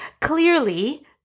Clearly